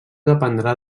dependrà